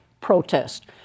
protest